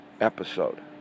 episode